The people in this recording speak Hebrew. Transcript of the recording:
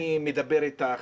אני מדבר איתך,